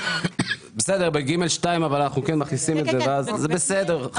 אבל ב-(ג)(2) אנחנו כן מכניסים את זה ואז זה בסדר.